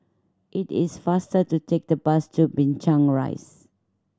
it is faster to take the bus to Binchang Rise